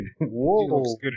Whoa